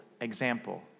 example